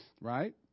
Right